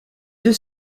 deux